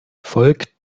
folgt